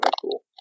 cool